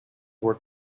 were